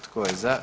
Tko je za?